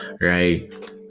right